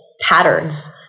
patterns